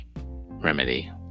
remedy